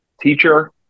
teacher